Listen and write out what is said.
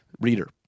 reader